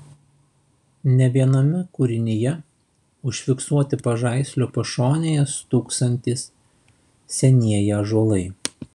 ne viename kūrinyje užfiksuoti pažaislio pašonėje stūksantys senieji ąžuolai